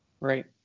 Right